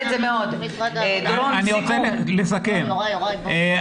הוא רוצה לשמוע את המשרדים.